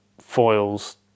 foils